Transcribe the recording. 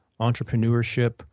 entrepreneurship